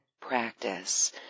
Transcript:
practice